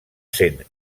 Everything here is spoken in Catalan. sent